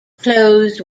closed